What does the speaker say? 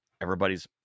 Everybody's